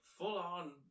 full-on